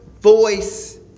voice